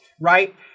Right